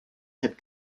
had